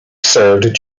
served